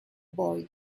boy